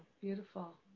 Beautiful